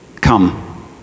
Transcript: come